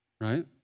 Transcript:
right